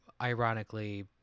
ironically